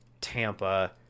Tampa